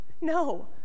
No